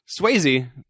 Swayze